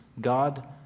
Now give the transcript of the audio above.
God